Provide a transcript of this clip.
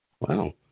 Wow